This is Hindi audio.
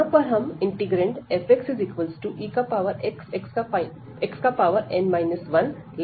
यहां पर हमारा इंटीग्रैंड fxe xxn 1